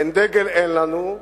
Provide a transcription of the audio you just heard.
הן דגל אין לנו.